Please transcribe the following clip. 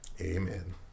Amen